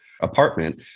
apartment